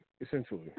essentially